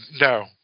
No